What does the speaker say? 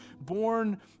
born